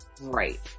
Right